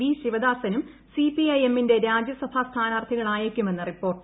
V ശിവദാസനും C P I എമ്മിന്റെ രാജ്യസഭാ ്സ്ഥാനാർത്ഥികളായേക്കുമെന്ന് റിപ്പോർട്ട്